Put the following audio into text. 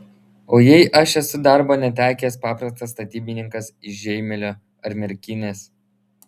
o jei aš esu darbo netekęs paprastas statybininkas iš žeimelio ar merkinės